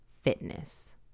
Fitness